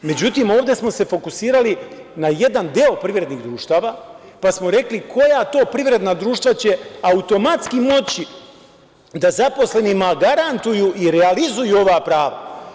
Međutim, ovde smo se fokusirali na jedan deo privrednih društava, pa smo rekli koja to privreda društava će automatski moći da zaposlenima garantuju i realizuju ova prava.